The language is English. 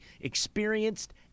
Experienced